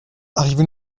arrivons